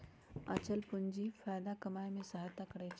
आंचल पूंजी फयदा कमाय में सहयता करइ छै